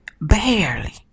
Barely